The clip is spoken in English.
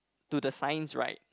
to the sign's right